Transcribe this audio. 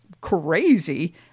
crazy